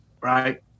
Right